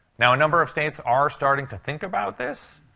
now, a number of states are starting to think about this.